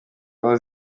aho